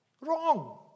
wrong